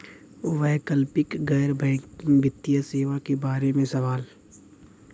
वैकल्पिक गैर बैकिंग वित्तीय सेवा के बार में सवाल?